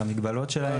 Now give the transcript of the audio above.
על המגבלות שלהם.